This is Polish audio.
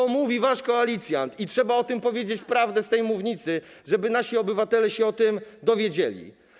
To mówi wasz koalicjant i trzeba o tym powiedzieć prawdę z tej mównicy, żeby nasi obywatele się o tym dowiedzieli.